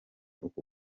uku